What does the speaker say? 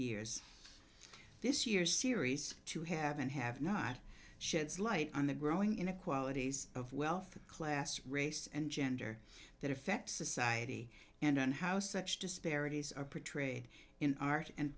years this year's series to have and have not sheds light on the growing inequalities of wealth class race and gender that affect society and how such disparities are pre trained in art and